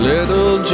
Little